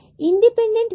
independent variable